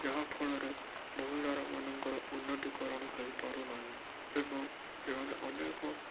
ଯାହାଫଳରେ ମହିଳାର ମାନଙ୍କର ଉନ୍ନତିକରଣ ହେଇପାରୁନାହିଁ ଏବଂ ସେମାନେ ଅନେକ